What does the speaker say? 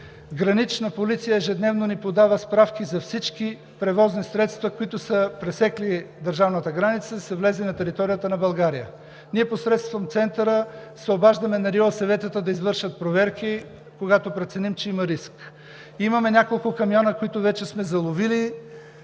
Гранична полиция ежедневно ни подава справки за всички превозни средства, които са пресекли държавната граница и са влезли на територията на България. Посредством Центъра ние се обаждаме на РИОСВ-тата да извършат проверки, когато преценим, че има риск. Имаме няколко камиона, които вече сме заловили